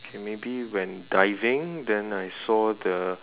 maybe when diving then I saw the